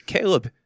Caleb